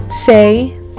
say